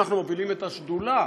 אנחנו מובילים את השדולה